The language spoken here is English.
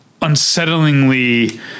unsettlingly